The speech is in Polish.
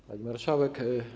Pani Marszałek!